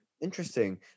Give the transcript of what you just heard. Interesting